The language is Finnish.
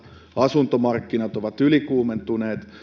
asuntomarkkinat ovat ylikuumentuneet